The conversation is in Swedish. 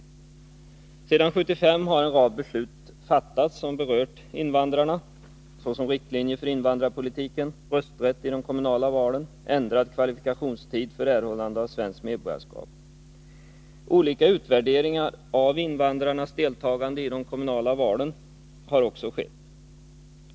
Sedan 1975 har en rad beslut fattats som berört invandrarna, såsom riktlinjer för invandrarpolitiken, rösträtt vid kommunala val och ändrad kvalifikationstid för erhållande av svenskt medborgarskap. Olika utvärderingar av invandrarnas deltagande i de kommunala valen har också gjorts.